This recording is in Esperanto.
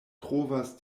trovas